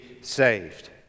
saved